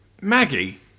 Maggie